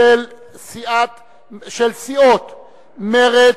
סיעות מרצ,